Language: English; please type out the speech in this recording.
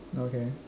okay